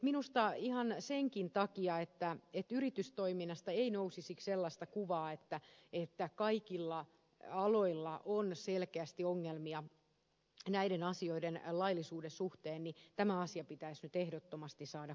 minusta ihan senkin takia että yritystoiminnasta ei nousisi sellaista kuvaa että kaikilla aloilla on selkeästi ongelmia näiden asioiden laillisuuden suhteen tämä asia pitäisi nyt ehdottomasti saada korjattua